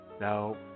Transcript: no